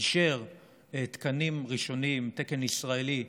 אישר תקנים ראשונים לפיגומים, תקן ישראלי.